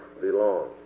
belong